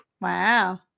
Wow